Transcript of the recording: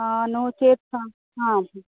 नो चेत्